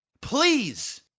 Please